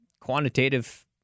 quantitative